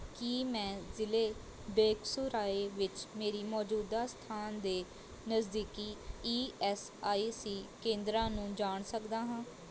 ਕੀ ਮੈਂ ਜ਼ਿਲ੍ਹੇ ਬੇਗਸੂਰਾਏ ਵਿੱਚ ਮੇਰੀ ਮੌਜੂਦਾ ਸਥਾਨ ਦੇ ਨਜ਼ਦੀਕੀ ਈ ਐੱਸ ਆਈ ਸੀ ਕੇਂਦਰਾਂ ਨੂੰ ਜਾਣ ਸਕਦਾ ਹਾਂ